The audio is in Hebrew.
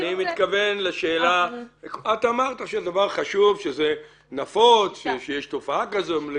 אז את אומרת שזה נפוץ ושיש תופעה כזאת.